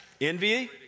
Envy